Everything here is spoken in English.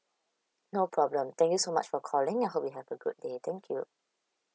no problem thank you so much for calling I hope you have a good day thank you